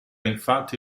infatti